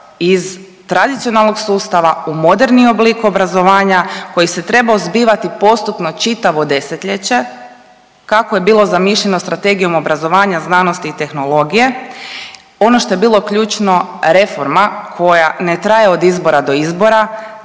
iz tradicionalnog sustava u moderni oblik obrazovanja koji se trebao zbivati postupno čitavo 10-ljeće kako je bilo zamišljeno Strategijom obrazovanja, znanosti i tehnologije. Ono što je bilo ključno, reforma koja ne traje od izbora do izbora